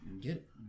Get